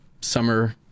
summer